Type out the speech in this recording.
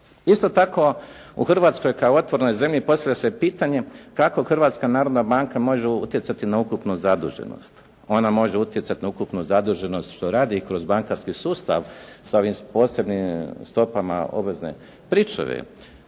Isto tako u Hrvatskoj kao otvorenoj zemlji postavlja se pitanje kako Hrvatska narodna banka može utjecati na ukupnu zaduženost. Ona može utjecati na ukupnu zaduženost, što radi i kroz bankarski sustav s ovim posebnim stopama obvezne pričuve,